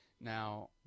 Now